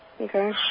Okay